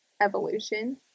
evolution